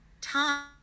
time